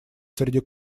среди